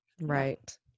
Right